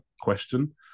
question